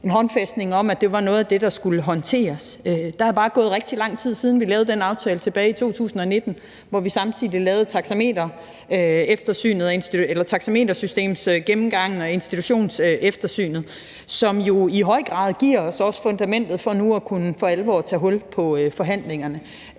en håndfæstning om, at det var noget af det, der skulle håndteres. Der er bare gået rigtig lang tid, siden vi lavede den aftale tilbage i 2019, hvor vi samtidig lavede taxametersystemsgennemgangen og institutionseftersynet, som jo i høj grad giver os fundamentet for nu for alvor at kunne tage hul på forhandlingerne.